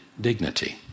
dignity